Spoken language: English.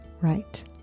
Right